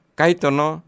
kaitono